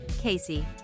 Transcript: Casey